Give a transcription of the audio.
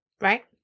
Right